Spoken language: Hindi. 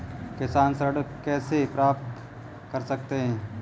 किसान ऋण कैसे प्राप्त कर सकते हैं?